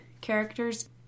characters